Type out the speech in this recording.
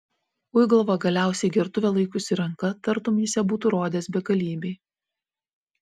ui galva galiausiai gertuvę laikiusi ranka tartum jis ją būtų rodęs begalybei